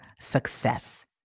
success